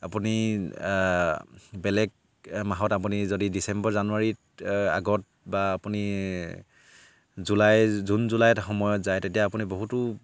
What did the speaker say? আপুনি বেলেগ মাহত আপুনি যদি ডিচেম্বৰ জানুৱাৰীত আগত বা আপুনি জুলাই জুন জুলাইত সময়ত যায় তেতিয়া আপুনি বহুতো